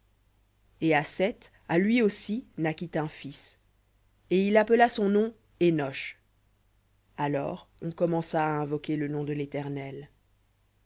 et à seth à lui aussi naquit un fils et il appela son nom énosh alors on commença à invoquer le nom de l'éternel